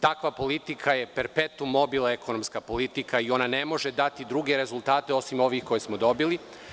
Takva politika je perpetum mobile ekonomska politika i ona ne može dati druge rezultate osim onih koje smo dobili.